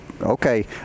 okay